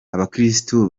abakirisitu